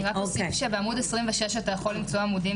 אני רק אגיד שבעמוד 26 אתה יכול למצוא עמודים